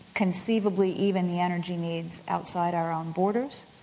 conceivably even the energy needs outside our own borders.